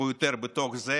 ביותר בתוך זה